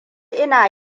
ina